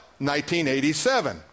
1987